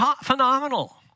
phenomenal